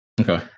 Okay